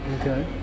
Okay